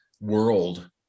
world